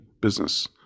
business